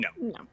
No